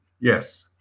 Yes